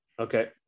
Okay